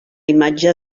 imatge